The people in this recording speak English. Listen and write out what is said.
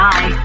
Bye